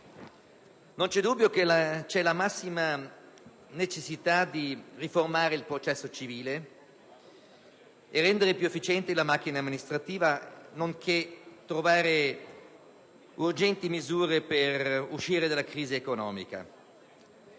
non c'è dubbio che vi è la massima necessità di riformare il processo civile e rendere più efficiente la macchina amministrativa, nonché trovare urgenti misure per uscire dalla crisi economica.